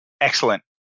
Excellent